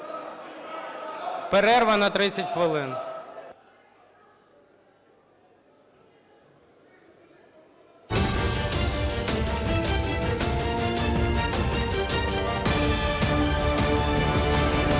Перерва на 30 хвилин.